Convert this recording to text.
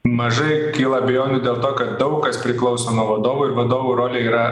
mažai kyla abejonių dėl to kad daug kas priklauso nuo vadovų ir vadovų rolė yra